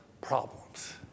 problems